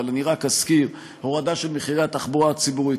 אבל אני רק אזכיר: הורדה של מחירי התחבורה הציבורית,